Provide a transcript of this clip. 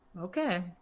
okay